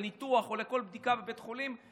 לניתוח או לכל בדיקה בבית החולים,